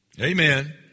Amen